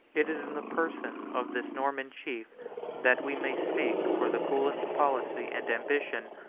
it is in the person of this norman chief that we may seek for the coolest policy and ambition,